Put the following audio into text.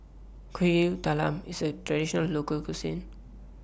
Kuih Talam IS A Traditional Local Cuisine